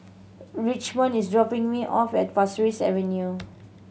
Richmond is dropping me off at Pasir Ris Avenue